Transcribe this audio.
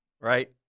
Right